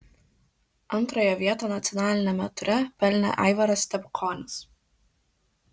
antrąją vietą nacionaliniame ture pelnė aivaras stepukonis